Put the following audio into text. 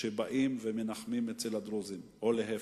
באים ומנחמים אצל הדרוזים, או להיפך.